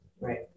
right